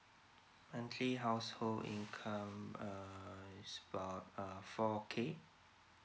monthly household income um is uh about four K